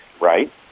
Right